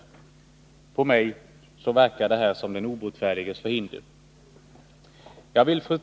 På mig verkar detta som den obotfärdiges förhinder. Fru talman!